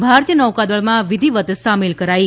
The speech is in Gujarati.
ભારતીય નૌકાદળમાં વિધિવત સામેલ કરાઇ